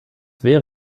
wäre